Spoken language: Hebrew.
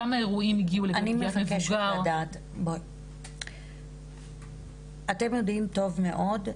כמה אירועים הגיעו על מבוגר --- אתם יודעים טוב מאוד,